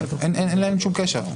אין להן שום קשר.